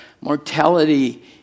mortality